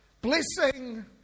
blessing